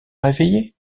réveiller